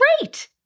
great